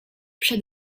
przed